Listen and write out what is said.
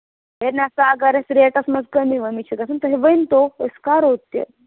ہے نہ سا اگر أسۍ ریٹَس منٛز کٔمی ؤمی چھِ گژھان تُہۍ ؤنۍتو أسۍ کَرو تہِ